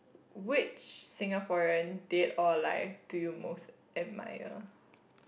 which Singaporean that all like do you most admire